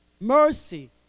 Mercy